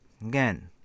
again